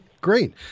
great